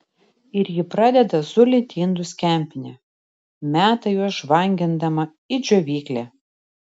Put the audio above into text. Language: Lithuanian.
ir ji pradeda zulinti indus kempine meta juos žvangindama į džiovyklę